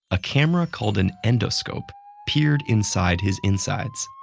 a camera called an endoscope peered inside his insides.